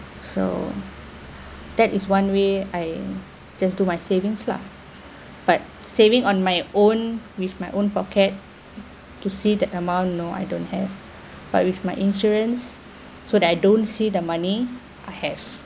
so that is one way I just do my savings lah but saving on my own with my own pocket to see the amount no I don't have but with my insurance so that I don't see the money I have